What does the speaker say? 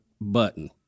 button